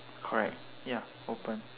correct ya open